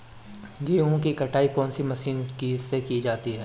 गेहूँ की कटाई कौनसी मशीन से की जाती है?